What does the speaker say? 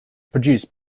produced